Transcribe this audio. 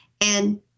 And-